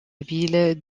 ville